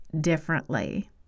Differently